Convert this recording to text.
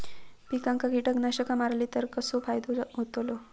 पिकांक कीटकनाशका मारली तर कसो फायदो होतलो?